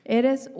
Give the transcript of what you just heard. eres